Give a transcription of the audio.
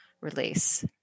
release